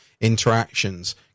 interactions